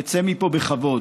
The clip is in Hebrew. יצא מפה בכבוד,